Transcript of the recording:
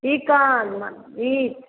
chicken म meat